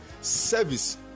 service